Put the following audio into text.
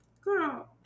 girl